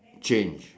change